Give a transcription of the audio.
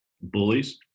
bullies